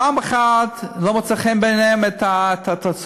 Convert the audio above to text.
פעם אחת לא מוצאות חן בעיניהם התוצאות,